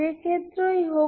যে ক্ষেত্রই হোক